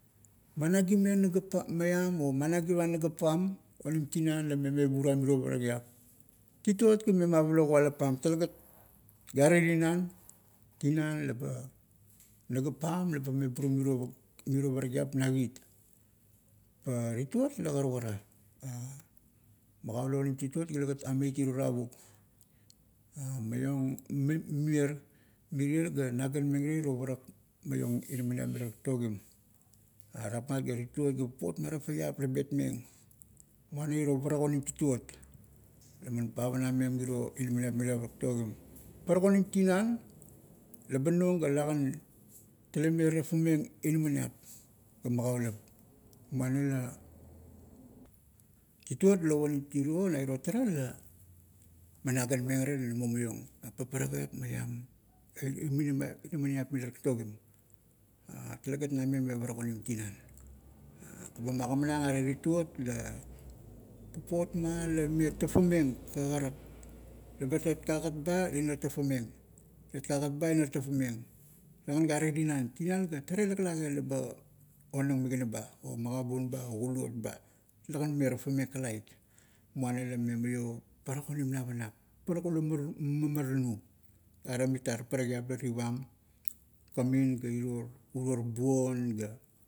Mamangimeng nagap pa, maiam, o managivang nagap pam onim tinan la ime meburuam mirio parakiap. Tituot ga ime mavalo kualap pam, talegat gare tinan, tinan laba, nagap pam laba meburum mirio parakiap na kit. Pa tituot la karukara magaulap onim tituot la talegat ameit iro tavuk maiong mirier ga naganmeng ara iro parak maiong inamaniap mila tatogim. Are rapmat ga tituot ga papot ma tafaiap la betmeng, muana iro parak onim tituot, laman pavanameng miro ina inamaniap mila taktogim. Parak onim tinan, laba nong ga lagan, tale me tafameng inamaniap, ga magaulup, muana la, tituot lop onim tiro na iro tara la, man naganmeng me parak onim tinan. Ba magamanag ara tituot la, papot ma lame tafameng kagarat. laba let kagat ba, ina tafameng, let kagat ba ina tafameng. Telegan gare tinan, tina ga, tara ia laklage laba onang migana ba, o magabun ba, o kulot ba, talegan me tafameng kalait muana lame maio parak onim navanap parak ula muru, mamaranu, are mitar parakiap la tivam, kamin ga iro uro buon ga,